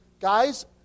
guys